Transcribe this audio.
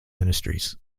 ministries